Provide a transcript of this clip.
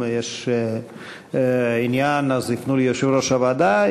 אם יש עניין, יפנו ליושב-ראש הוועדה.